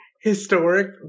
historic